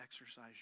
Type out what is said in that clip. exercise